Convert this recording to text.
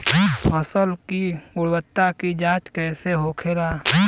फसल की गुणवत्ता की जांच कैसे होखेला?